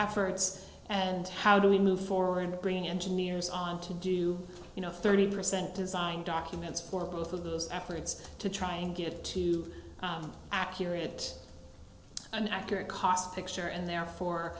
efforts and how do we move forward bringing engineers on to do you know thirty percent design documents for both of those efforts to try and get accurate and accurate cost picture and therefore